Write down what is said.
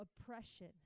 oppression